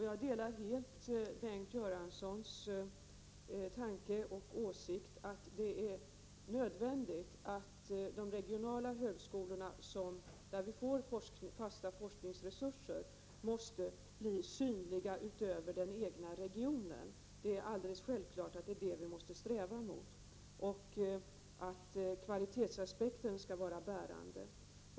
Jag delar helt Bengt Göranssons tanke och åsikt att det är nödvändigt att de regionala högskolorna där vi får fasta forskningsresurser blir synliga utanför den egna regionen. Det är alldeles självklart att det är detta vi måste sträva efter. Kvalitetsaspekten måste vara bärande.